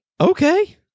okay